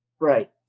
Right